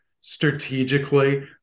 strategically